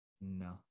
No